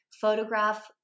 photograph